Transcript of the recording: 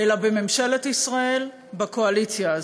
אלא בממשלת ישראל, בקואליציה הזאת.